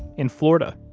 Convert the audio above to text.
in florida,